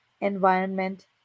environment